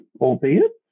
albeit